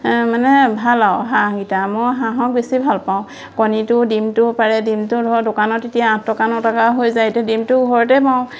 মানে ভাল আও হাঁহকিটা মই হাঁহক বেছি ভাল পাওঁ কণীটো ডিমটোও পাৰে ডিমটো ধৰক দোকানত এতিয়া আঠ টকা ন টকা হৈ যায় এতিয়া ডিমটো ঘৰতে পাওঁ